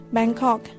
Bangkok